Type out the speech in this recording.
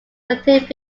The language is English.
contained